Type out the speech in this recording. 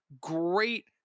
great